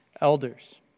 elders